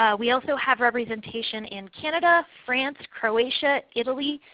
ah we also have representation in canada, france, croatia, italy,